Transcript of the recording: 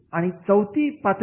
आणि चौथी म्हणजे उतरती पातळी